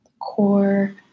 core